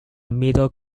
middle